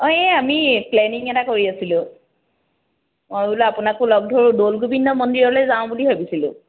অঁ এই আমি প্লেনিং এটা কৰি আছিলোঁ মই বোলো আপোনাকো লগ ধৰোঁ দৌল গোবিন্দ মন্দিৰলৈ যাওঁ বুলি ভাবিছিলোঁ